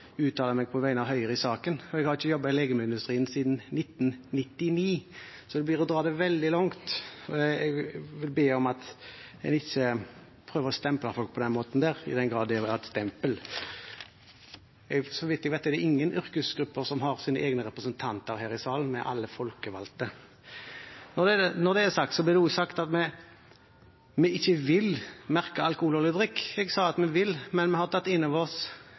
uttaler meg på vegne av Høyre i saken. Jeg har ikke jobbet i legemiddelindustrien siden 1999, så det blir å dra det veldig langt, og jeg vil be om at en ikke prøver å stemple folk på denne måten – i den grad det er et stempel. Så vidt jeg vet, er det ingen yrkesgrupper som har sine egne representanter her i salen, vi er alle folkevalgte. Når det er sagt, blir det også sagt at vi ikke vil merke alkoholholdig drikk. Jeg sa at vi vil, men vi har tatt inn over oss